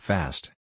Fast